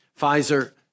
Pfizer